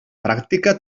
pràctica